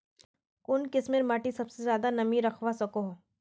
कुन किस्मेर माटी सबसे ज्यादा नमी रखवा सको हो?